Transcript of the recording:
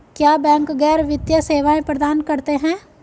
क्या बैंक गैर वित्तीय सेवाएं प्रदान करते हैं?